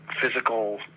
physical